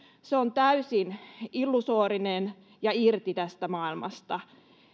se on täysin illusorinen ja irti tästä maailmasta